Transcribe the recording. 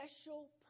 special